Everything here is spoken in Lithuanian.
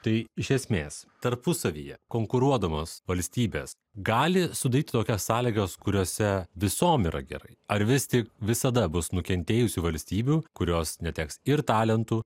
tai iš esmės tarpusavyje konkuruodamos valstybės gali sudaryti tokias sąlygas kuriose visom yra gerai ar vis tik visada bus nukentėjusių valstybių kurios neteks ir talentų